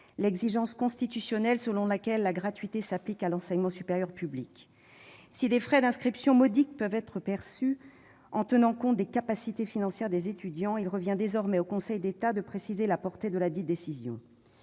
l'exigence constitutionnelle selon laquelle « la gratuité s'applique à l'enseignement supérieur public ». Si des frais d'inscription « modiques » peuvent être perçus en tenant compte des « capacités financières des étudiants », il revient désormais au Conseil d'État de préciser la portée de ladite décision.